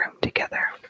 together